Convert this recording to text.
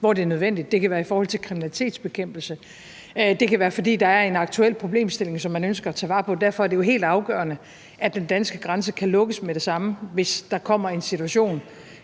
hvor det er nødvendigt, og det kan være i forhold til kriminalitetsbekæmpelse. Det kan være, fordi der er en aktuel problemstilling, som man ønsker at tage vare på, og derfor er det jo helt afgørende, at den danske grænse kan lukkes med det samme, hvis der kommer en situation